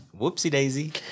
whoopsie-daisy